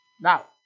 Now